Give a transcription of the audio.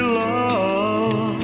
love